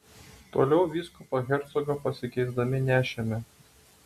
toliau vyskupą hercogą pasikeisdami nešėme